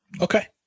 Okay